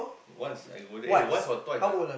once I go there eh once or twice ah